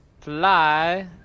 fly